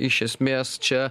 iš esmės čia